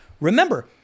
Remember